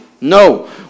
No